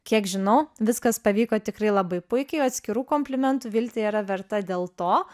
kiek žinau viskas pavyko tikrai labai puikiai o atskirų komplimentų viltė yra verta dėl to